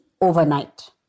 overnight